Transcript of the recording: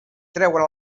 treuen